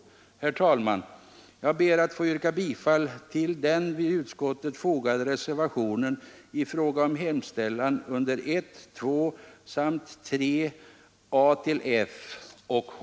Herr talman! Jag ber att få yrka bifall till den vid finansutskottets betänkande fogade reservationen 1 rörande utskottets hemställan under punkterna 1, 2, 3 a—f och h.